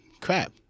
crap